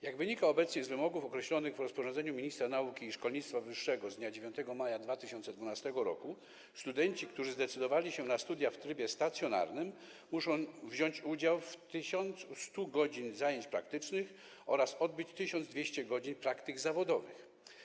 Jak wynika obecnie z wymogów określonych w rozporządzeniu ministra nauki i szkolnictwa wyższego z dnia 9 maja 2012 r., studenci, którzy zdecydowali się na studia w trybie stacjonarnym, muszą wziąć udział w 1100 godzinach zajęć praktycznych oraz odbyć 1200 godzin praktyk zawodowych.